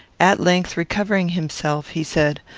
at length, recovering himself, he said,